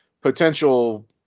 potential